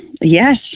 Yes